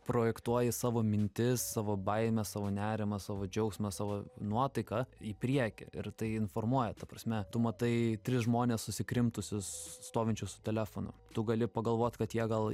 projektuoji savo mintis savo baimę savo nerimą savo džiaugsmą savo nuotaiką į priekį ir tai informuoja ta prasme tu matai tris žmones susikrimtusius stovinčius su telefonu tu gali pagalvot kad jie gal